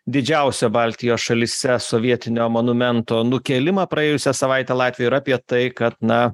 didžiausią baltijos šalyse sovietinio monumento nukėlimą praėjusią savaitę latvijoj ir apie tai kad na